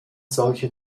solche